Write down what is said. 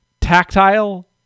tactile